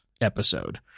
episode